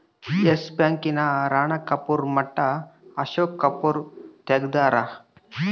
S Bank ನ ರಾಣ ಕಪೂರ್ ಮಟ್ಟ ಅಶೋಕ್ ಕಪೂರ್ ತೆಗ್ದಾರ